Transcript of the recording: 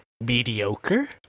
mediocre